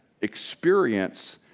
experience